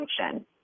function